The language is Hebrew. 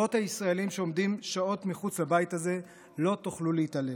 מרבבות הישראלים שעומדים שעות מחוץ לבית הזה לא תוכלו להתעלם.